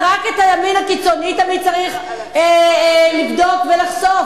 מה, רק את הימין הקיצוני תמיד צריך לבדוק ולחשוף?